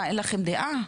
מה, אין לכן דעה?